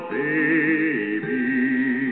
baby